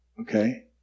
Okay